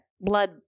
blood